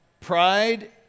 Pride